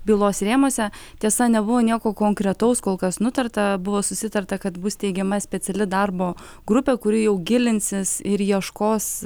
bylos rėmuose tiesa nebuvo nieko konkretaus kol kas nutarta buvo susitarta kad bus steigiama speciali darbo grupė kuri jau gilinsis ir ieškos